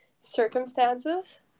circumstances